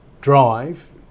drive